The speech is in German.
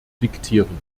diktieren